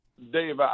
Dave